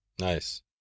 Nice